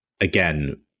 again